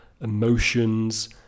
emotions